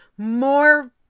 more